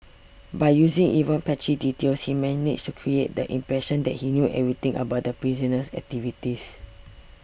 by using even patchy details he managed to create the impression that he knew everything about the prisoner's activities